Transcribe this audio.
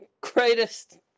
greatest